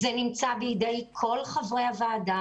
זה נמצא בידי כל חברי הוועדה,